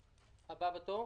הדיור: